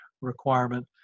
requirement